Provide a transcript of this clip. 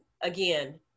again